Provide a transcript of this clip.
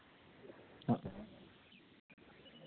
ᱦᱳᱭ